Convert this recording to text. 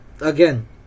again